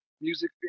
music